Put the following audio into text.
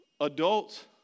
adults